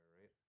right